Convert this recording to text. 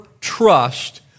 trust